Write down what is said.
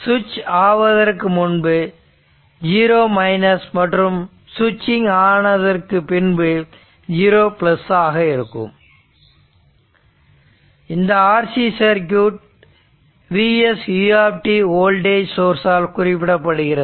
சுவிட்சிங் ஆவதற்கு முன்பு 0 மற்றும் சுவிட்சிங் ஆனதற்கு பின்பு 0 ஆக இருக்கும் இந்த RC circuit Vsu voltage source ஆல் குறிப்பிடப்படுகிறது